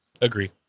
Agree